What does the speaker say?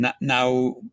now